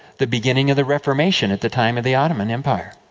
the beginning of the reformation, at the time of the ottoman empire.